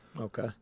Okay